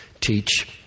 teach